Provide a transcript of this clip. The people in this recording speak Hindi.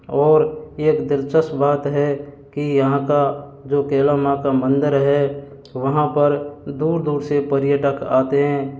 और एक दिलचस्प बात है कि यहाँ का जो कैला माँ का मंदिर है वहाँ पर दूर दूर से पर्यटक आते हैं